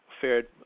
fared